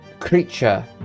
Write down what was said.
creature